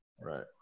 right